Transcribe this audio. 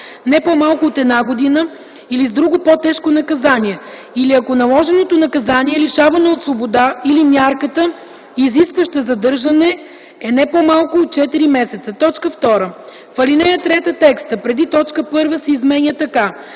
не по-малко от една година, или с друго по-тежко наказание, или ако наложеното наказание лишаване от свобода или мярката, изискваща задържане, е не по-малко от четири месеца.” 2. В ал. 3 текстът преди т. 1 се изменя така: